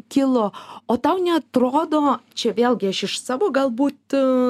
kilo o tau neatrodo čia vėlgi aš iš savo galbūt